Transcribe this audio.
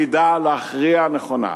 הנדע להכריע נכונה?